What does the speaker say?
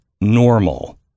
normal